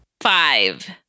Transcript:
Five